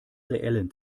reellen